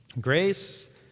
Grace